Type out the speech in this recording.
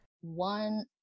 one